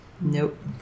Nope